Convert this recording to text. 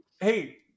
hey